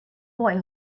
boy